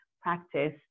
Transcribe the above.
practice